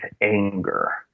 anger